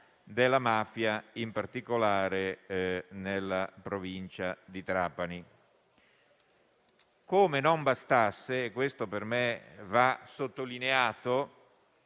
della mafia, in particolare nella provincia di Trapani. Come se non bastasse - questo per me va sottolineato